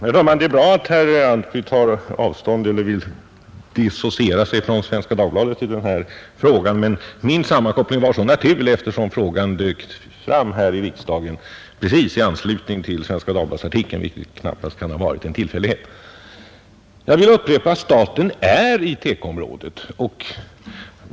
Herr talman! Det är bra att herr Antby vill dissociera sig från Svenska Dagbladet i den här frågan. Min sammankoppling var emellertid naturlig, eftersom frågan dök fram här i riksdagen precis i anslutning till artikeln i Svenska Dagbladet, vilket knappast kan ha varit en tillfällighet. Jag vill upprepa att staten är verksam inom TEKO-området.